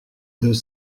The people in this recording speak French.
deux